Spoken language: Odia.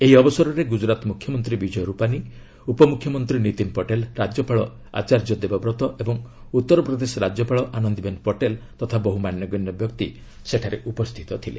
ଏହି ଅବସରରେ ଗ୍ରକ୍ରରାଟ ମ୍ରଖ୍ୟମନ୍ତ୍ରୀ ଉପମୁଖ୍ୟମନ୍ତ୍ରୀ ନୀତିନ ପଟେଲ ରାଜ୍ୟପାଳ ଆଚାର୍ଯ୍ୟ ଦେବବ୍ରତ ଓ ଉତ୍ତରପ୍ରଦେଶ ରାଜ୍ୟପାଳ ଆନନ୍ଦିବେନ୍ ପଟେଲ ତଥା ବହ୍ର ମାନ୍ୟଗଶ୍ୟ ବ୍ୟକ୍ତି ଉପସ୍ଥିତ ଥିଲେ